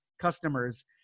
customers